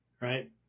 right